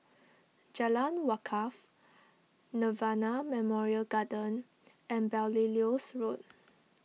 Jalan Wakaff Nirvana Memorial Garden and Belilios Road